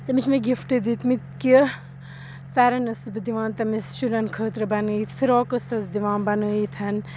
تٔمِس چھِ مےٚ گِفٹ دِتۍ مٕتۍ کہِ پھیرَن ٲسٕس بہٕ دِوان تٔمِس شُرٮ۪ن خٲطرٕ بَنٲیِتھ فِراک ٲسٕس دِوان بَنٲیِتھ